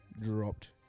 dropped